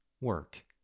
work